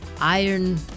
Iron